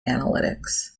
analytics